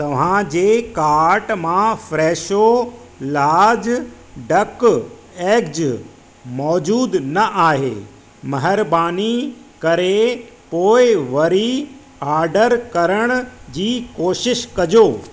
तव्हांजे काट मां फ्रेशो लार्ज डक एग्ज मौजूदु न आहे महिरबानी करे पोइ वरी ऑडर करण जी कोशिशि कजो